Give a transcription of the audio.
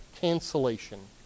cancellation